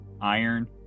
Iron